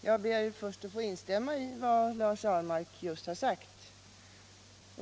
Herr talman! Jag ber först att få instämma i vad Lars Ahlmark just har sagt.